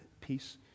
peace